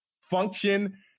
function